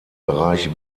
bereich